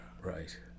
Right